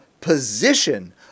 position